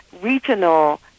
regional